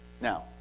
Now